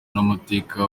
n’amateka